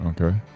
Okay